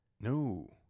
No